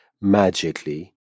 magically